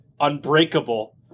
unbreakable